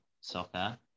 soccer